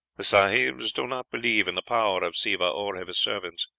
the sahibs do not believe in the power of siva or of his servants.